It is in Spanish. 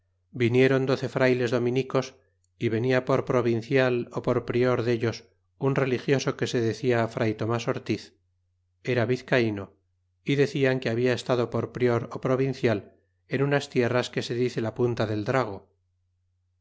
vinieron doce frayles dominicos venia por provincial s por prior dellos un religioso que se decia fray tomás ortiz era vizcaíno decían que habla estado por prior ó provincial en unas tierras que se dice la punta del drago